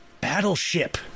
Battleship